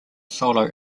solo